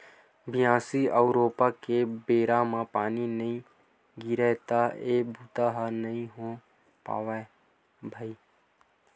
बियासी अउ रोपा के बेरा म पानी नइ गिरय त ए बूता ह नइ हो पावय भइर